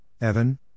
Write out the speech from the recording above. Evan